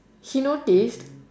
he noticed